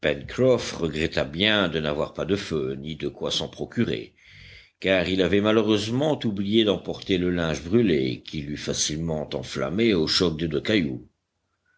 pencroff regretta bien de n'avoir pas de feu ni de quoi s'en procurer car il avait malheureusement oublié d'emporter le linge brûlé qu'il eût facilement enflammé au choc de deux cailloux